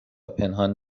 پنهان